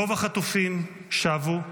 רוב החטופים שבו.